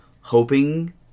hoping